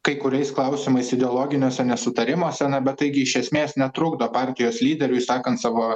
kai kuriais klausimais ideologiniuose nesutarimuose na bet taigi iš esmės netrukdo partijos lyderiui sakant savo